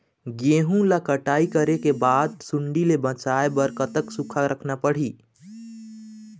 गेहूं ला कटाई करे बाद सुण्डी ले बचाए बर कतक सूखा रखना पड़ही?